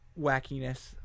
wackiness